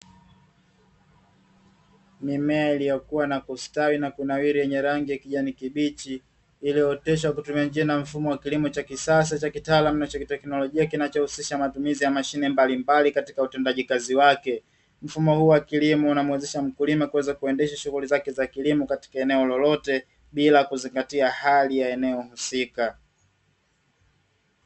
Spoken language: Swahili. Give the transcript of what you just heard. Mimea iliyokua na kustawi na kunawiri yenye rangi ya kijani kibichi, iliyooteshwa kwa kutumia njia na mfumo wa kilimo cha kisasa cha kitaalamu na cha kiteknolojia kinachohusisha matumizi ya mashine mbalimbali katika utendaji wake. Mfumo huu wa kilimo unamuwezesha mkulima kuweza kuendesha shughuli zake za kilimo katika eneo lolote, bila kuzingatia hali ya eneo husika.